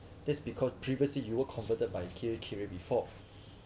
that's because previously you were converted by Kirei Kirei before